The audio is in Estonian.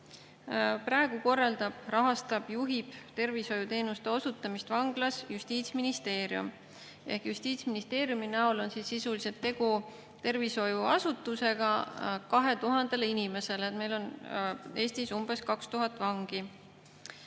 Praegu korraldab, rahastab, juhib tervishoiuteenuste osutamist vanglas Justiitsministeerium. Ehk Justiitsministeeriumi näol on sisuliselt tegu tervishoiuasutusega 2000 inimesele – meil on Eestis umbes 2000 vangi.